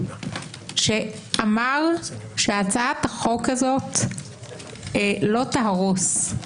שאמר שהצעת החוק הזאת לא תהרוס.